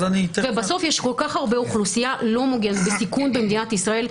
ובסוף יש כמות של אוכלוסייה לא מוגנת ובסיכון במדינת ישראל,